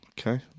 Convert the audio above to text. okay